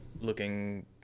looking